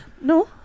No